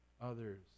others